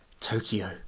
Tokyo